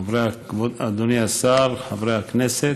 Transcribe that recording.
אדוני השר, חברי הכנסת,